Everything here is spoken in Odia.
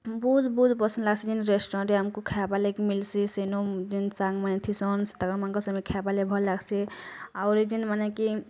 ବହୁତ ବହୁତ ପସନ୍ଦ ଲାଗ୍ସି ଯେନ୍ ରେଷ୍ଟୁରାଣ୍ଟଟେ ଆମକୁ ଖାଇବା ଲାଗି ମିଳସି ସେନୁ ଖାବାର୍ ଲାଗି ଭଲ ଲାଗ୍ସି ଆହୁରି ଜିନ୍ ମାନେ କି